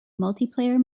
multiplayer